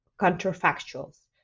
counterfactuals